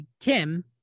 Kim